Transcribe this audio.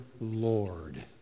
Lord